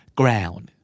ground